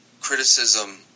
criticism